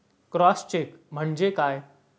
Cross check म्हणजे काय?